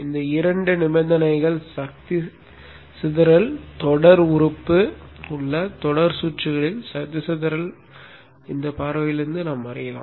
இந்த இரண்டு நிபந்தனைகள் சக்தி சிதறல் தொடர் உறுப்பு உள்ள தொடர் சுற்றுகளில் சக்தி சிதறல் பார்வையில் இருந்து அறியலாம்